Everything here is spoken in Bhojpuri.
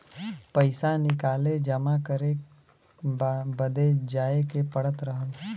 पइसा निकाले जमा करे बदे जाए के पड़त रहल